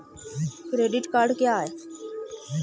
Credit card क्या है?